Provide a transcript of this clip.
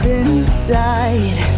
inside